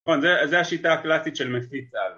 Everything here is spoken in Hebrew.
נכון, זו השיטה הקלסית של מפיץ על